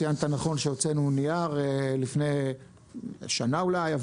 ציינת נכון שהוצאנו נייר לפני שנה אולי.